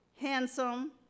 handsome